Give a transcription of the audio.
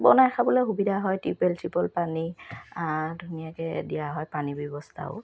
বনাই খাবলৈ সুবিধা হয় টিউবেল চিউবেল পানী ধুনীয়াকে দিয়া হয় পানীৰ ব্যৱস্থাও